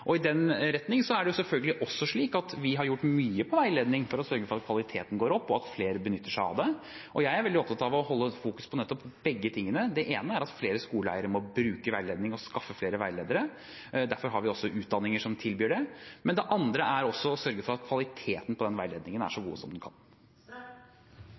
I den retning er det selvfølgelig også slik at vi har gjort mye innen veiledning for å sørge for at kvaliteten går opp, og at flere benytter seg av det. Jeg er veldig opptatt av å holde fokus på begge tingene: Det ene er at flere skoleeiere må bruke veiledning og skaffe flere veiledere, og derfor har vi også utdanninger som tilbyr det. Men det andre er også å sørge for at kvaliteten på den veiledningen er så